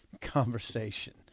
conversation